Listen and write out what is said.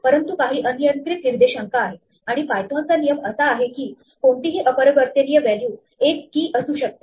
परंतु काही अनियंत्रित निर्देशांक आहे आणि पायथोन चा नियम असा आहे की कोणतीही अपरिवर्तनीय व्हॅल्यू एक key असू शकते